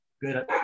good